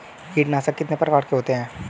कीटनाशक कितने प्रकार के होते हैं?